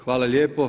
Hvala lijepo.